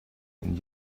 and